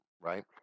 right